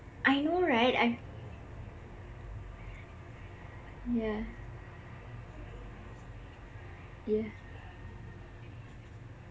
I know right I 've yah yah